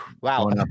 wow